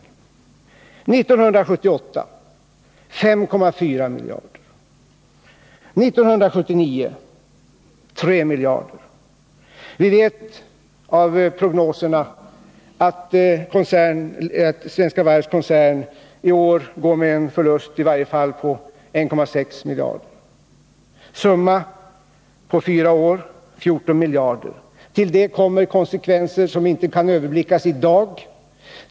1978 satsades 5,4 miljarder och 1979 3 miljarder. Vi vet av prognoserna att Svenska Varv-koncernen i år går med en förlust på i varje fall 1,6 miljarder. Summa på fyra år: 14 miljarder. Till det kommer konsekvenser som inte kan överblickas i dag.